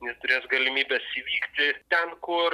neturės galimybės įvykti ten kur